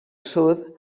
sud